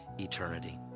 eternity